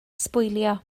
sbwylio